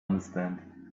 understand